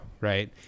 right